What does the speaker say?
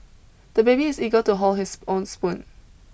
the baby is eager to hold his own spoon